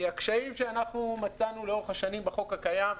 הקשיים שאנחנו מצאנו לאורך השנים בחוק הקיים,